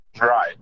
Right